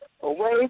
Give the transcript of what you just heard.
away